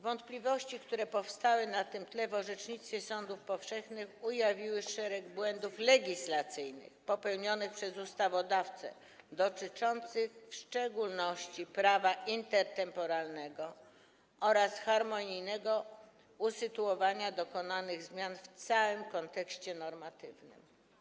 Wątpliwości, które powstały na tym tle w orzecznictwie sądów powszechnych, ujawniły szereg błędów legislacyjnych popełnionych przez ustawodawcę, dotyczących w szczególności prawa intertemporalnego oraz harmonijnego usytuowania dokonanych zmian w całym kontekście normatywnym.